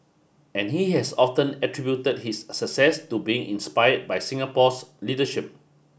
and he has often attributed that his success to being inspired by Singapore's leadership